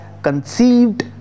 Conceived